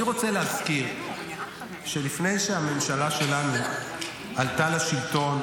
אני רוצה להזכיר שלפני שהממשלה שלנו עלתה לשלטון,